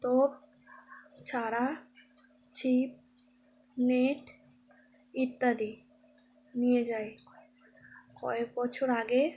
টোপ ছাড়া ছিপ নেট ইত্যাদি নিয়ে যাই কয়েক বছর আগে